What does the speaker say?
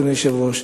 אדוני היושב-ראש.